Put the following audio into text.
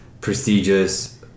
prestigious